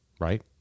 Right